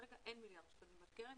כרגע אין מיליארד שקלים בקרן.